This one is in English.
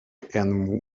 and